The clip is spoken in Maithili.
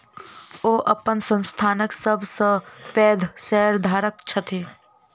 ओ अपन संस्थानक सब सॅ पैघ शेयरधारक छथि